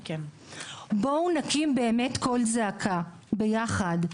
בואו נקים באמת קול זעקה ביחד,